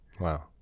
Wow